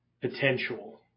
potential